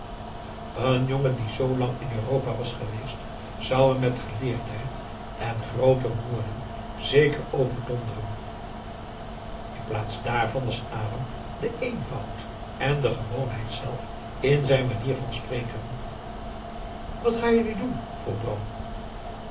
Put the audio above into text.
n jongen die zoo lang in europa was geweest zou hem met geleerdheid en groote woorden zeker overdonderen in plaats daarvan was adam de eenvoud en de gewoonheid zelf in zijn manier van spreken wat ga je nu doen vroeg bram